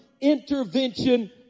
intervention